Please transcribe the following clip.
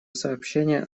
сообщения